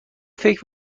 فکر